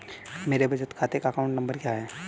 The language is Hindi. मेरे बचत खाते का अकाउंट नंबर क्या है?